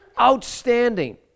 outstanding